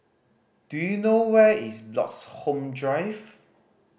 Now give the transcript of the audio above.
do you know where is Bloxhome Drive